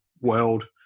world